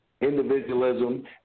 individualism